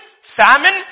famine